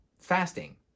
fasting